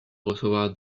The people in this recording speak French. recevoir